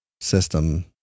system